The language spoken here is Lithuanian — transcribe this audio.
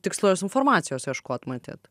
tikslios informacijos ieškot matyt